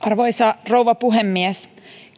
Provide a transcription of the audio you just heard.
arvoisa rouva puhemies